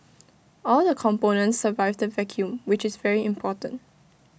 all the components survived the vacuum which is very important